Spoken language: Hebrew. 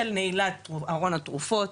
של נעילת ארון התרופות,